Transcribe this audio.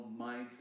mindset